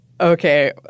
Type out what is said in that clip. okay